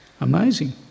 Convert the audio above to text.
amazing